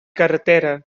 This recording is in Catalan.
carretera